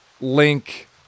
Link